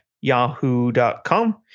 Yahoo.com